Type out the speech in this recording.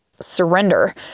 surrender